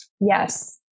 Yes